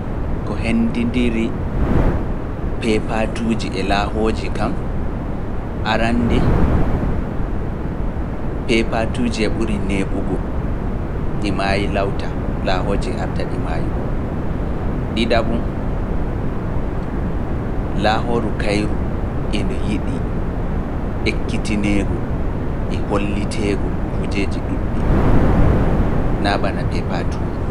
Ko hendindiri peepatuuji e laahooji kam, arande peepatuuji e ɓuri neeɓugo, di maayi lawta, laahooji e arta ɗi maayugo. Ɗiɗabum, laahooru kayru indu yiɗi ekkitineego e holliteego kujeeji ɗuɗɗi naa bana peepatuuji.